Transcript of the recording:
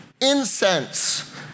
incense